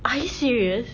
are you serious